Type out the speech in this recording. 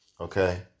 Okay